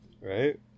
Right